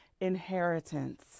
inheritance